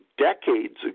decades